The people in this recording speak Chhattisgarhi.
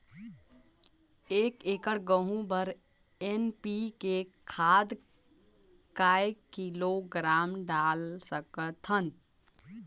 एक एकड़ गहूं बर एन.पी.के खाद काय किलोग्राम डाल सकथन?